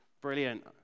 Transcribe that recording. brilliant